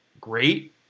great